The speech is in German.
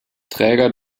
träger